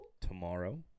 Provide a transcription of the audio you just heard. tomorrow